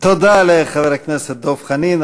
תודה לחבר הכנסת דב חנין.